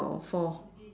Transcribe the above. four